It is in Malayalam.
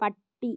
പട്ടി